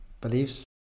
beliefs